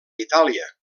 itàlia